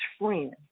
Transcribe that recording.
friend